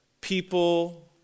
people